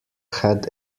had